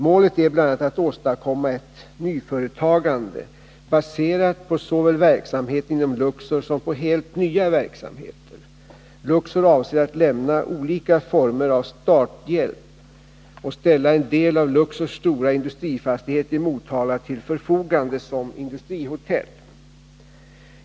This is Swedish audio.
Målet är bl.a. att åstadkomma ett nyföretagande, baserat på såväl verksamheten inom Luxor som helt nya verksamheter. Luxor avser att lämna olika former av starthjälp och ställa en del av Luxors stora industrifastighet i Motala till förfogande som industrihotell.